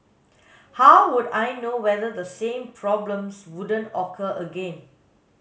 how would I know whether the same problems wouldn't occur again